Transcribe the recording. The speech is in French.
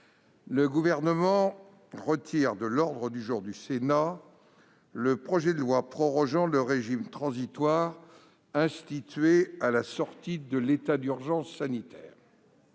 le Gouvernement retire de l'ordre du jour du Sénat le projet de loi prorogeant le régime transitoire institué à la sortie de l'état d'urgence sanitaire.